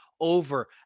over